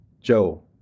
Joe